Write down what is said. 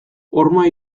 horma